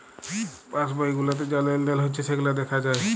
pass বই গুলাতে যা লেলদেল হচ্যে সেগুলা দ্যাখা যায়